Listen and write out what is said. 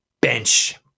bench